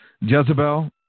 Jezebel